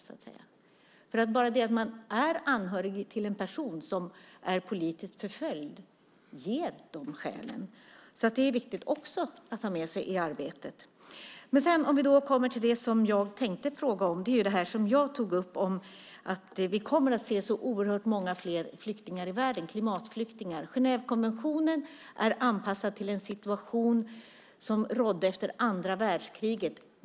Redan det faktum att man är anhörig till en person som är politiskt förföljd ger sådana skäl. Det är också viktigt att ta med i arbetet. Nu kommer jag till det som jag egentligen tänkte fråga om, nämligen det jag sade om att vi kommer att se oerhört många fler flyktingar, nämligen klimatflyktingar, i världen. Genèvekonventionen är anpassad till den situation som rådde efter andra världskriget.